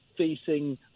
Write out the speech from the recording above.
facing